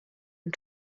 and